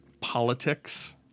politics